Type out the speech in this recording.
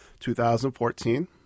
2014